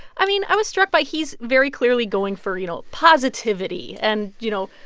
i mean, i was struck by he's very clearly going for, you know, positivity and, you know,